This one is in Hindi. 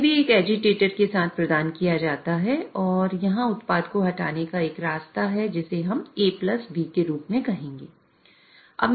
यह भी एक एजिटेटर के साथ प्रदान किया जाता है और यहां उत्पाद को हटाने का एक रास्ता है जिसे हम AB के रूप में कहेंगे